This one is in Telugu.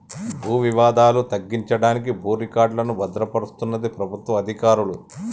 భూ వివాదాలు తగ్గించడానికి భూ రికార్డులను భద్రపరుస్తది ప్రభుత్వ అధికారులు